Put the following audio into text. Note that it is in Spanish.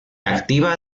activa